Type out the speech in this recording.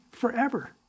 forever